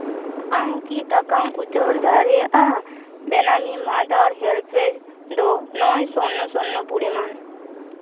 ᱟᱢ ᱠᱤ ᱴᱟᱠᱟᱢ ᱩᱪᱟᱹᱲ ᱫᱟᱲᱮᱭᱟᱜᱼᱟ ᱵᱮᱱᱟᱢᱤ ᱢᱟᱫᱟᱨ ᱦᱮᱞᱯᱮᱡᱽ ᱫᱚ ᱱᱚᱭ ᱥᱩᱱᱱᱚ ᱥᱩᱱᱱᱚ ᱯᱚᱨᱤᱢᱟᱱ